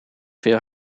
veel